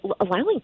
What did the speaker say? allowing